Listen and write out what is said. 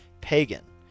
pagan